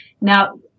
Now